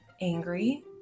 angry